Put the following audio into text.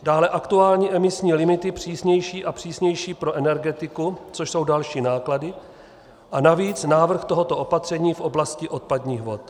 Dále aktuální emisní limity, přísnější a přísnější pro energetiku, což jsou další náklady, a navíc návrh tohoto opatření v oblasti odpadních vod.